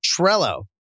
Trello